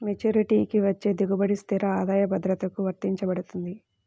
మెచ్యూరిటీకి వచ్చే దిగుబడి స్థిర ఆదాయ భద్రతకు వర్తించబడుతుంది